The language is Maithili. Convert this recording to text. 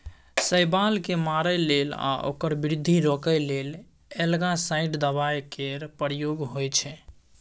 शैबाल केँ मारय लेल या ओकर बृद्धि रोकय लेल एल्गासाइड दबाइ केर प्रयोग होइ छै